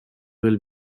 will